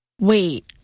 Wait